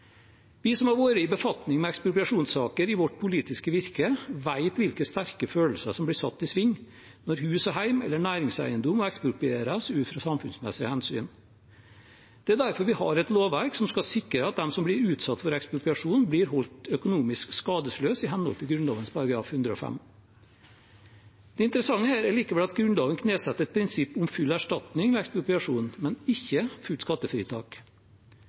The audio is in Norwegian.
Vi som har vært i befatning med ekspropriasjonssaker i vårt politiske virke, vet hvilke sterke følelser som blir satt i sving når hus og hjem eller næringseiendom eksproprieres ut fra samfunnsmessige hensyn. Det er derfor vi har et lovverk som skal sikre at de som blir utsatt for ekspropriasjon, blir holdt økonomisk skadesløs i henhold til Grunnloven § 105. Det interessante her er likevel at Grunnloven knesetter et prinsipp om full erstatning ved ekspropriasjon, men ikke fullt skattefritak.